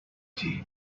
tea